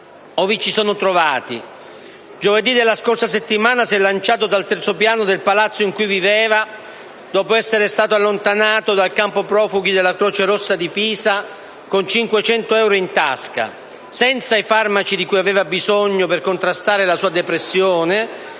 vi ci sono trovati. Giovedì della scorsa settimana si è lanciato dal terzo piano del palazzo in cui viveva dopo essere stato allontanato dal campo profughi della Croce Rossa di Pisa con 500 euro in tasca, senza i farmaci dei quali aveva bisogno per contrastare la sua depressione,